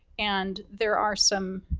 and there are some,